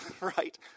right